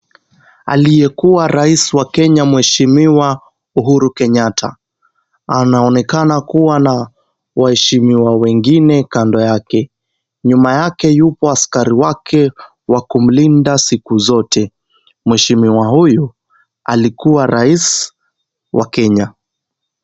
Aliyekuwa rais wa Kenya mweshimiwa Uhuru Kenyatta, anaonekana kuwa na waheshimiwa wengine kando yake. Nyuma yake yupo askari wake wa kumlinda siku zote. Mheshimiwa huyu alikuwa rais wa Kenya.